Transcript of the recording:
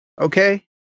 Okay